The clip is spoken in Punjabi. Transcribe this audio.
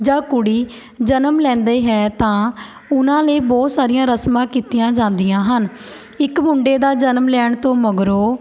ਜਾਂ ਕੁੜੀ ਜਨਮ ਲੈਂਦੇ ਹੈ ਤਾਂ ਉਨ੍ਹਾਂ ਲਈ ਬਹੁਤ ਸਾਰੀਆਂ ਰਸਮਾਂ ਕੀਤੀਆਂ ਜਾਂਦੀਆਂ ਹਨ ਇੱਕ ਮੁੰਡੇ ਦਾ ਜਨਮ ਲੈਣ ਤੋਂ ਮਗਰੋਂ